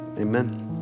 Amen